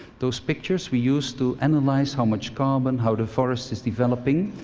those pictures we use to analyze how much carbon, how the forest is developing,